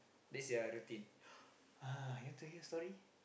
this the other team ah I told you the story